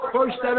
First